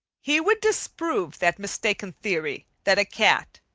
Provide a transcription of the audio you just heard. he would disprove that mistaken theory that a cat,